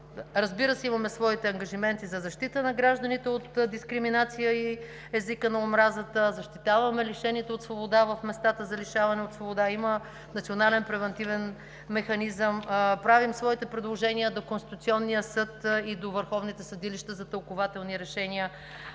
Разбира се, имаме своите ангажименти за защита на гражданите от дискриминация и езика на омразата. Защитаваме лишените от свобода в местата за лишаване от свобода. Има Национален превантивен механизъм. Правим своите предложения до Конституционния съд и до върховните съдилища за тълкувателни решения.